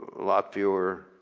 lot fewer